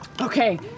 Okay